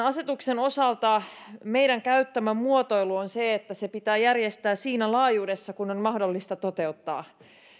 asetuksen osalta meidän käyttämä muotoilu on se että se pitää järjestää siinä laajuudessa kuin on mahdollista toteuttaa